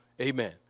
Amen